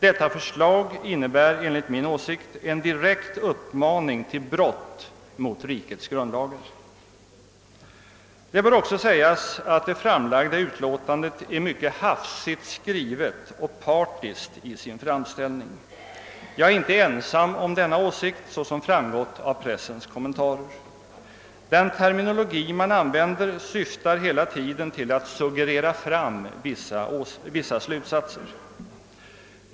Detta förslag innebär enligt min åsikt en direkt uppmaning till brott mot rikets grundlagar. Det bör också sägas att det framlagda utlåtandet är mycket hafsigt skrivet och partiskt i sin framställning. Jag är inte ensam om denna åsikt, såsom framgått av pressens kommentarer. Den terminologi man använder syftar hela tiden till att suggerera fram vissa slutsatser.